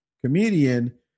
comedian